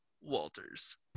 Walters